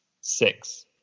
Six